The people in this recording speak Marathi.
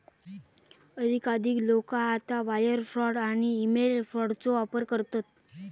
अधिकाधिक लोका आता वायर फ्रॉड आणि ईमेल फ्रॉडचो वापर करतत